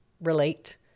relate